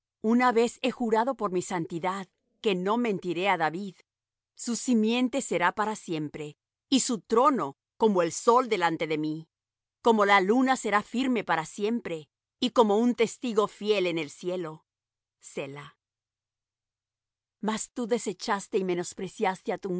una vez he jurado por mi santidad que no mentiré á david su simiente será para siempre y su trono como el sol delante de mí como la luna será firme para siempre y como un testigo fiel en el cielo selah mas tú desechaste y menospreciaste á tu